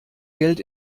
geld